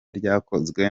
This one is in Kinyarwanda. ryakozwe